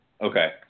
Okay